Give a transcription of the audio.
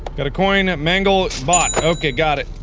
got a coin, mangle bought, okay got it,